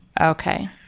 Okay